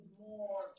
more